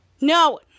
No